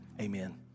Amen